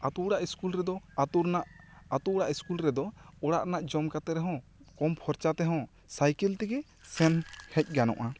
ᱟᱛᱳ ᱚᱲᱟᱜ ᱤᱥᱠᱩᱞ ᱨᱮᱫᱚ ᱟᱛᱳ ᱨᱮᱱᱟᱜ ᱟᱛᱳ ᱚᱲᱟᱜ ᱤᱥᱠᱩᱞ ᱨᱮᱫᱚ ᱚᱲᱟᱜ ᱨᱮᱱᱟᱜ ᱡᱚᱢ ᱠᱟᱛᱮ ᱨᱮᱦᱚᱸ ᱠᱚᱢ ᱠᱷᱚᱨᱪᱟ ᱛᱮᱦᱚᱸ ᱥᱟᱭᱠᱮᱞ ᱛᱮᱜᱮ ᱥᱮᱱ ᱦᱮᱡ ᱜᱟᱹᱱᱚᱜᱼᱟ